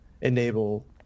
enable